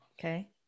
Okay